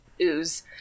ooze